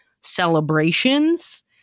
celebrations